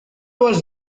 was